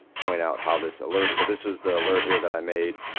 point out how this alerts. so, this is the alert here that i made.